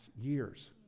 years